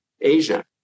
Asia